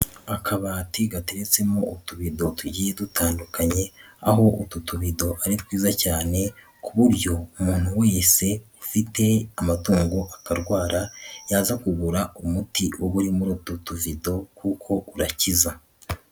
Akabati gatetsemo utubido tugiye dutandukanye, aho utu tubeto ni twiza cyane ku buryo umuntu wese ufite amatungo akarwara yaza kugura umuti uba uri muri utu tuvido kuko urakiza.